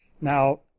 Now